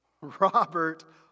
Robert